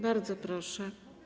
Bardzo proszę.